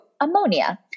ammonia